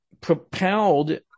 propelled